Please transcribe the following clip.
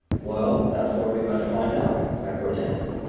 well, that's what we've got to find out! i protested.